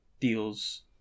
deals